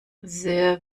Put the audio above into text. sehr